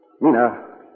Nina